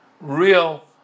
real